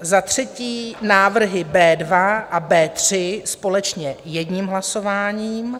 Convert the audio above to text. Za třetí návrhy B2 a B3 společně jedním hlasováním.